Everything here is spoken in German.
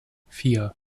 vier